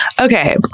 Okay